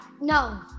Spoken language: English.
no